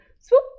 swoop